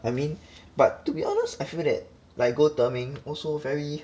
I mean but to be honest I feel that like go 德明 also very